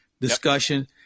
discussion